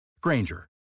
Granger